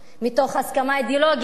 לפעמים מתוך הסכמה אידיאולוגית,